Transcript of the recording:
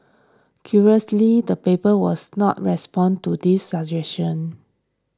curiously the paper was not responded to this suggestion